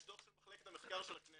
יש דו"ח של מחלקת המחקר של הכנסת.